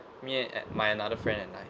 me and my another friend and I